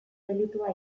delitua